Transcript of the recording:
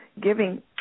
giving